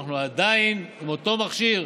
ואנחנו עדיין עם אותו מכשיר